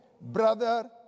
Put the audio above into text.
Brother